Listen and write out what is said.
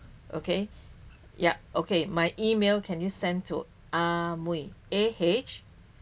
okay yup okay my email can you send to Ah Mui A H